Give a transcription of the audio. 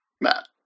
Matt